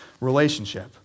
relationship